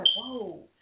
whoa